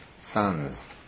sons